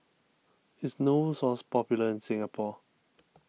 is Novosource popular in Singapore